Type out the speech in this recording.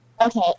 Okay